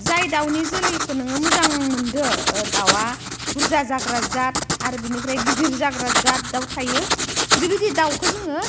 जाय दाउनि जोलैखौ नोङो मोजां मोनदों दाउवा बुरजा जाग्रा जात आरो बेनिफ्राय गिदिर जाग्रा जात दाउ थायो बेबायदि दाउखौ जोङो